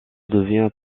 devient